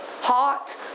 Hot